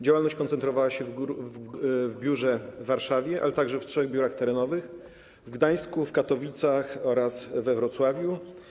Działalność koncentrowała się w biurze w Warszawie, ale także w trzech biurach terenowych: w Gdańsku, Katowicach oraz we Wrocławiu.